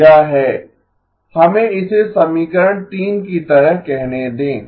यह है हमें इसे समीकरण 3 की तरह कहने दें